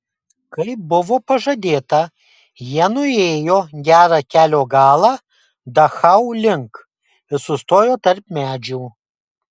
kaip buvo pažadėta jie nuėjo gerą kelio galą dachau link ir sustojo tarp medžių